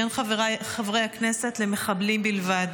כן, חברי הכנסת, למחבלים בלבד.